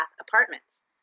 apartments